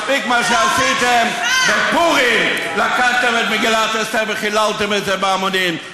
מספיק מה שעשיתם בפורים: לקחתם את מגילת אסתר וחיללתם את זה בהמונים,